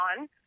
on